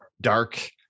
dark